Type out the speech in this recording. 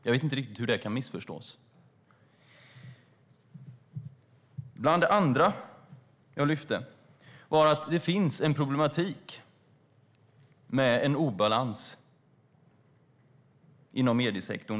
Jag vet inte riktigt hur det kan missförstås. Bland annat jag lyfte fram var att det finns en problematik med en obalans inom mediesektorn.